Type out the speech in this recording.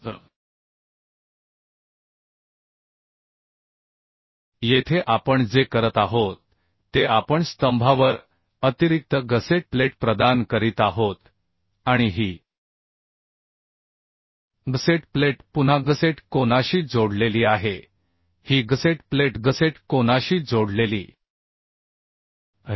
तर येथे आपण जे करत आहोत ते आपण स्तंभावर अतिरिक्त गसेट प्लेट प्रदान करीत आहोत आणि ही गसेट प्लेट पुन्हा गसेट कोनाशी जोडलेली आहे ही गसेट प्लेट गसेट कोनाशी जोडलेली आहे